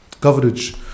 coverage